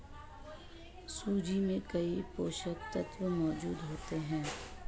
सूजी में कई पौष्टिक तत्त्व मौजूद होते हैं